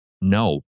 no